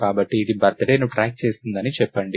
కాబట్టి ఇది బర్తడే ను ట్రాక్ చేస్తుందని చెప్పండి